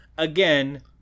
Again